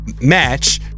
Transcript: match